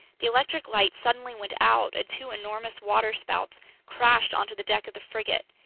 the electric light suddenly went out, and two enormous waterspouts crashed onto the deck of the frigate,